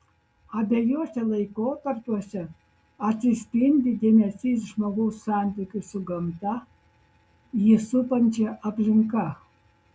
abiejuose laikotarpiuose atsispindi dėmesys žmogaus santykiui su gamta jį supančia aplinka